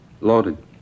Loaded